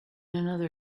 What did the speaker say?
another